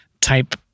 type